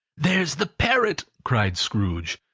there's the parrot! cried scrooge.